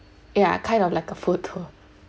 ya kind of like a food tour